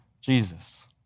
Jesus